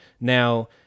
Now